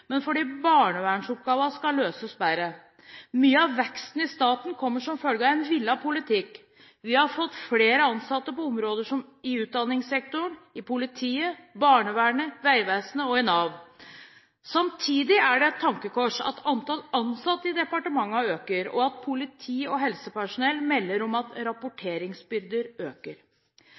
men fordi barnevernsoppgavene skal løses bedre. Mye av veksten i staten kommer som følge av en villet politikk. Vi har fått flere ansatte på områder som utdanningssektoren, politiet, barnevernet, Vegvesenet og Nav. Samtidig er det et tankekors at antallet ansatte i departementene øker, og at politi og helsepersonell melder om at rapporteringsbyrden øker.